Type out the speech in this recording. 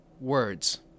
words